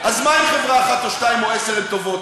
אז מה אם חברה אחת או שתיים או עשר הן טובות?